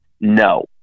No